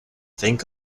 think